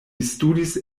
studis